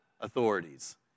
authorities